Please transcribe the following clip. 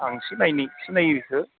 आं सिनायो बिखौ